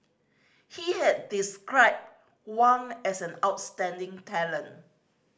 he had described Wang as an outstanding talent